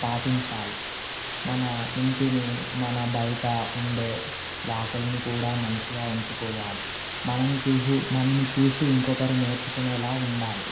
పాటించాలి మన ఇంటిని మన బయట ఉండే వాకిలిని కూడా మంచిగా ఉంచుకోవాలి మనల్ని చూస్తూ మనల్ని చూసి ఇంకొకరు నేర్చుకునేలా ఉండాలి